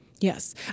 Yes